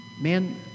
man